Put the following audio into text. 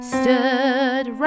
stood